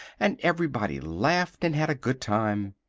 and everybody laughed and had a good time.